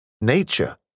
Nature